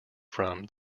from